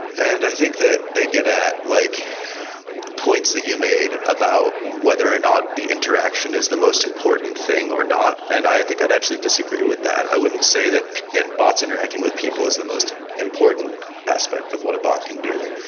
and i think that they get at like points that you made about whether or not the interaction is the most important thing or not. and i think i'd actually disagree with that. i wouldn't say that bots interacting with people is the most important aspect of what a bot can do.